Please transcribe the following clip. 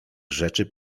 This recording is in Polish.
rzeczy